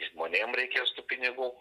žmonėm reikės tų pinigų